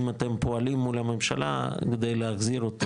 אתם פועלים מול הממשלה כדי להחזיר אותו,